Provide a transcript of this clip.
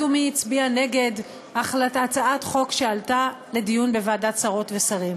ומי הצביע נגד הצעת חוק שעלתה לדיון בוועדת שרות ושרים?